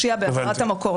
בעבירת המקור.